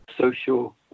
social